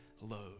load